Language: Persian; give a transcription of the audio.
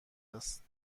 است